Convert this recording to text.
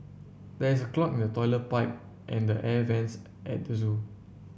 there is a clog in the toilet pipe and the air vents at the zoo